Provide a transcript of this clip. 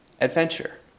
adventure